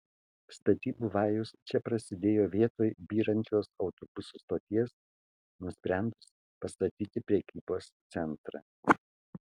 statybų vajus čia prasidėjo vietoj byrančios autobusų stoties nusprendus pastatyti prekybos centrą